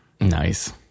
Nice